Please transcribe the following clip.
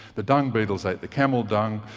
the dung beetles ate the camel dung,